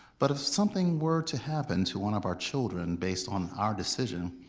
but if something were to happen to one of our children based on our decision,